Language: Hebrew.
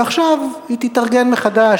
ועכשיו היא תתארגן מחדש,